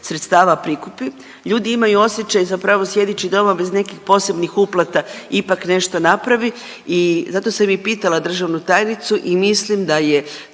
sredstva prikupi. Ljudi imaju osjećaj zapravo sjedeći doma bez nekih posebnih uplata ipak nešto napravi, zato sam i pitala državnu tajnicu i mislim da je